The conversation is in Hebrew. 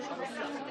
רכילות, שנאת חינם,